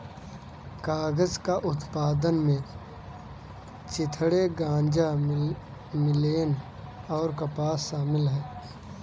कागज उत्पादन में चिथड़े गांजा लिनेन और कपास शामिल है